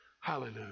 Hallelujah